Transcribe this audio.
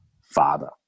Father